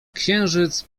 księżyc